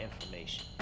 information